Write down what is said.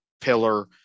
pillar